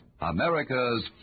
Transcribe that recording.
America's